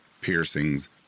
Piercings